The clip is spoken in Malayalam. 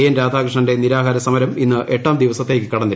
എൻ രാധാകൃഷ്ണന്റെ നിരാഹാര സമരം ഇന്ന് എട്ടാം ദിവസത്തേയ്ക്ക് കടന്നിരുന്നു